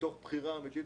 מתוך בחירה אמיתית.